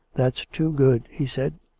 that's too good, he said.